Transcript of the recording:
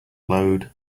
glowed